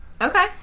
Okay